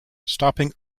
stopping